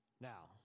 Now